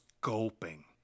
gulping